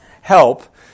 help